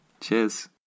Cheers